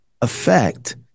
effect